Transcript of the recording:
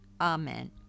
Amen